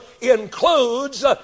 includes